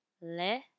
Le